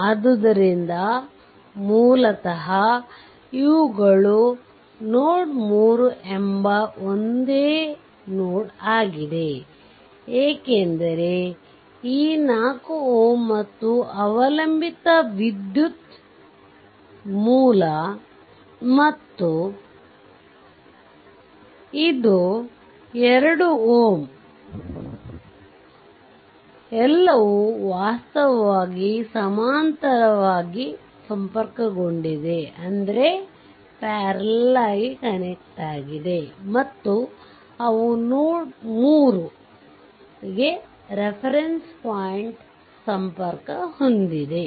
ಆದ್ದರಿಂದ ಮೂಲತಃ ಇವುಗಳು ನೋಡ್ 3 ಎಂಬ ಒಂದೇ ನೋಡ್ ಆಗಿದೆ ಏಕೆಂದರೆ ಈ 4 Ω ಮತ್ತು ಅವಲಂಬಿತ ವಿದ್ಯುತ್ತ ಮೂಲಮತ್ತು ಇದು 2 Ω ಎಲ್ಲವೂ ವಾಸ್ತವವಾಗಿ ಸಮಾನಾಂತರವಾಗಿ ಸಂಪರ್ಕಗೊಂಡಿವೆ ಮತ್ತು ಅವು ನೋಡ್ 3 ಗೆ ರೆಫರೆನ್ಸ್ ಪಾಯಿಂಟ್ಗೆ ಸಂಪರ್ಕ ಹೊಂದಿವೆ